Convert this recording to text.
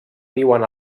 viuen